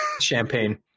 champagne